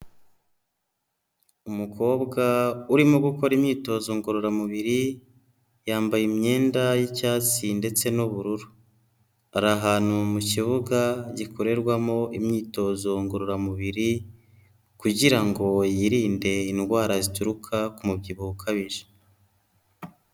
Umukobwa urimo gukora imyitozo ngororamubiri, yambaye imyenda y'icyatsi ndetse n'ubururu, ari ahantu mu kibuga gikorerwamo imyitozo ngororamubiri, kugira ngo yirinde indwara zituruka ku mubyibuho ukabije.